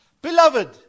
Beloved